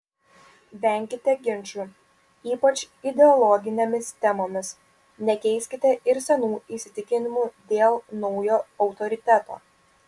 venkite ginčų ypač ideologinėmis temomis nekeiskite ir senų įsitikinimų dėl naujo autoriteto